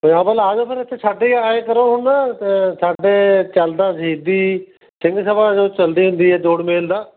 ਪੰਜਾਬ ਵੱਲ ਆ ਜੋ ਫਿਰ ਇੱਥੇ ਸਾਡੇ ਆਂਏ ਕਰੋ ਹੁਣ ਸਾਡੇ ਚੱਲਦਾ ਸ਼ਹੀਦੀ ਸਿੰਘ ਸਭਾ ਜੋ ਚੱਲਦੀ ਹੁੰਦੀ ਹੈ ਜੋੜਮੇਲ ਦਾ